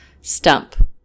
stump